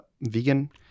vegan